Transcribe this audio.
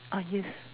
ah yes